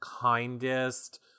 kindest